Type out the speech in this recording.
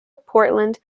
portland